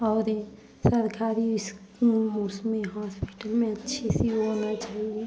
और ये सरकारी इस उसमें हॉस्पिटल में अच्छी सी वो होना चाहिए